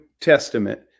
Testament